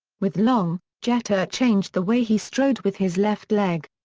with long, jeter changed the way he strode with his left leg.